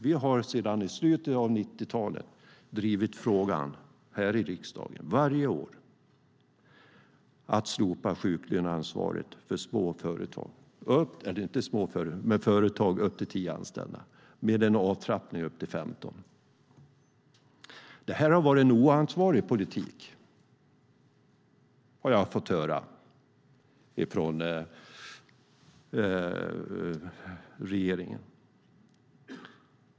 Vi har sedan slutet av 90-talet varje år drivit frågan här i riksdagen om att slopa sjuklöneansvaret för företag med upp till tio anställda, med en avtrappning upp till 15. Det här har varit en oansvarig politik, har jag fått höra från regeringen.